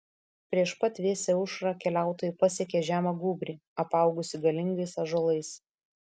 prieš pat vėsią aušrą keliautojai pasiekė žemą gūbrį apaugusį galingais ąžuolais